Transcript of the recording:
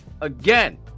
again